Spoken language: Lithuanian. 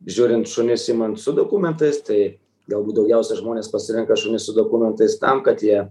žiūrint šunis imant su dokumentais tai galbūt daugiausia žmonės pasirenka šunis su dokumentais tam kad jie